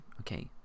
okay